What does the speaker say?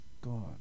God